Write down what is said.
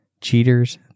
Cheaters